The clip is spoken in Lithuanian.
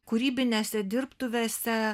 kūrybinėse dirbtuvėse